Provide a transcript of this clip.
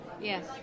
Yes